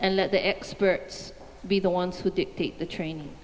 and let the experts be the ones who dictate the training